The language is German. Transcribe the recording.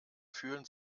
fühlen